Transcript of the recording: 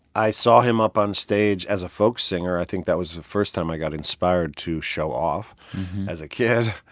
i saw him up on stage as a folk singer. i think that was the first time i got inspired to show off as a kid.